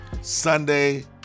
Sunday